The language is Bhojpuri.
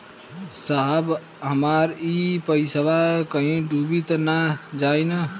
साहब हमार इ पइसवा कहि डूब त ना जाई न?